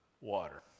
water